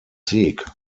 seek